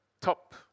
top